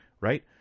Right